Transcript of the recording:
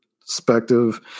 perspective